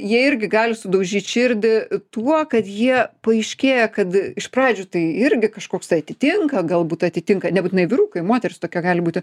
jie irgi gali sudaužyt širdį tuo kad jie paaiškėja kad iš pradžių tai irgi kažkoks tai atitinka galbūt atitinka nebūtinai vyrukai moteris tokia gali būti